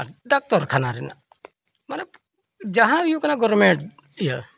ᱟᱨ doctor ᱠᱷᱟᱱᱟ ᱨᱮᱱᱟᱜ ᱢᱟᱱᱮ ᱡᱟᱦᱟᱸ ᱦᱩᱭᱩᱜ ᱠᱟᱱᱟ ᱜᱚᱨᱢᱮᱱᱴ ᱤᱭᱟᱹ